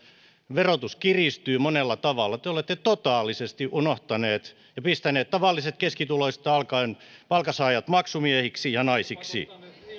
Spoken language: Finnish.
verotus kiristyy monella tavalla te te olette totaalisesti unohtaneet ja pistäneet tavalliset palkansaajat keskituloisista alkaen maksumiehiksi ja naisiksi